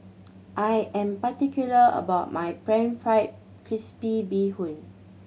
I am particular about my Pan Fried Crispy Bee Hoon